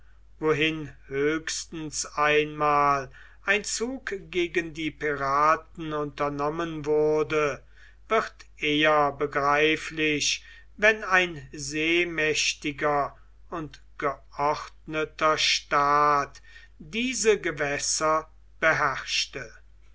wohin höchstens einmal ein zug gegen die piraten unternommen wurde wird eher begreiflich wenn ein seemächtiger und geordneter staat diese gewässer beherrschte